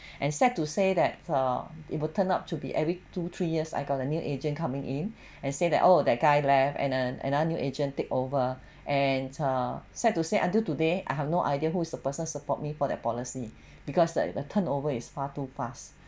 and sad to say that err it will turn up to be every two three years I got a new agent coming in and say that oh that guy left and and another new agent take over and err sad to say until today I have no idea who is the person support me for that policy because that the turnover is far too fast